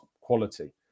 quality